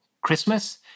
Christmas